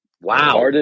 Wow